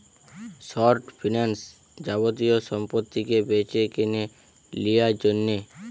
short finance যাবতীয় সম্পত্তিকে বেচেকিনে লিয়ার জন্যে